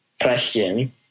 question